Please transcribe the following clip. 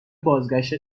بازگشت